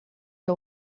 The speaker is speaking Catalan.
que